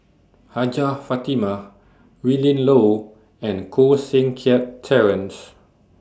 Hajjah Fatimah Willin Low and Koh Seng Kiat Terence